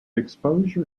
exposure